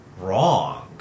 wrong